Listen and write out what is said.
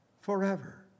forever